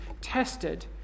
tested